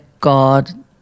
God